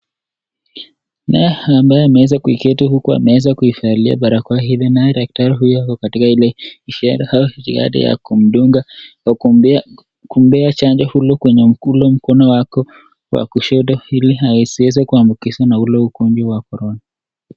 Naye ambaye ameeza kuiketi huku ameeza kuifalia barakoa hili naye daktari huyu ako katika hile, hifaa, au jitihada ya kumdunga, kumpea chanjp ule kwenye mku, mkono wako, wa kushoto ili asieze kuambukizwa na ule ugonjwa wa (cs)brone(cs).